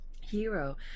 hero